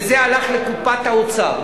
וזה הלך לקופת האוצר.